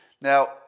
Now